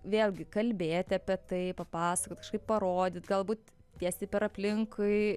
vėlgi kalbėti apie tai papasakot kažkaip parodyt galbūt tiesiai per aplinkui